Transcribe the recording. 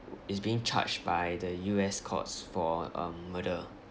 is being charged by the U_S courts for um murder